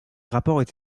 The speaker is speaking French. rapports